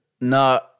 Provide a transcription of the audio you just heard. No